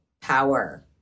power